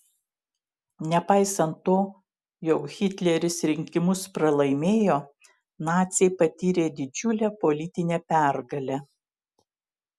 nepaisant to jog hitleris rinkimus pralaimėjo naciai patyrė didžiulę politinę pergalę